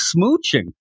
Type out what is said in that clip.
smooching